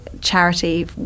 charity